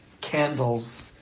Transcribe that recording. candles